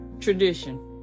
Tradition